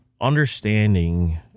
understanding